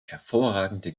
hervorragende